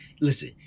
listen